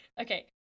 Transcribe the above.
Okay